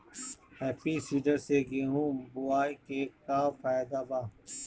Happy seeder से गेहूं बोआई के का फायदा बा?